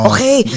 Okay